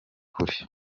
kure